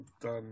Done